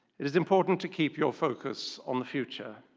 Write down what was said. it is important to keep your focus on the future.